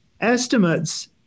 estimates